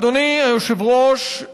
אדוני היושב-ראש,